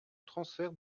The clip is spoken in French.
transfert